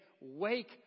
wake